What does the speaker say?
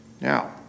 Now